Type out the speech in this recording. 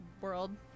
world